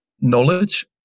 knowledge